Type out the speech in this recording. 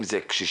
אם זה קשישים,